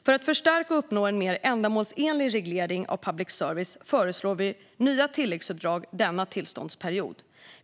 För att förstärka och uppnå en mer ändamålsenlig reglering av public service föreslår vi nya tilläggsuppdrag denna tillståndsperiod.